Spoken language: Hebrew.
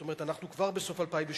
זאת אומרת אנחנו כבר בסוף 2012,